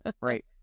Right